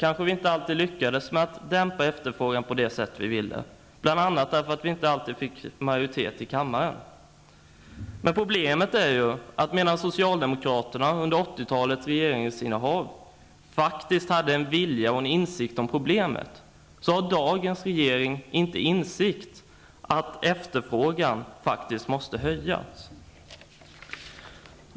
Vi socialdemokrater lyckades inte alltid att dämpa efterfrågan på det sätt som vi önskade, bl.a. därför att det ibland inte gick att skapa majoritet i kammaren. Medan socialdemokraterna under 80 talets regeringsinnehav faktiskt hade en vilja och en insikt om problemet, har inte dagens regering den insikten, att efterfrågan måste öka.